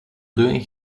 doing